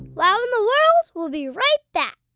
wow in the world will be right back.